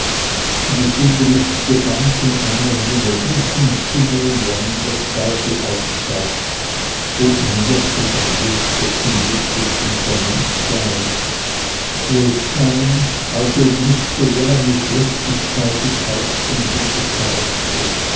und ich fühlte mich gebannt in einer jener dunklen stimmungen wo einem der zweifel aufsteigt ob man wirklich ein guter zum glück bestimmter mensch sei wo es scheint als ob nicht sowohl eine schlechtigkeit des herzens und des charakters